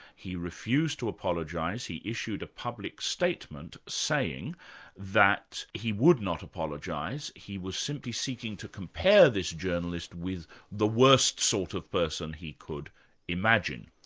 he refused to apologise, he issued a public statement saying that he would not apologise, he was simply seeking to compare this journalist with the worst sort of person he could imagine.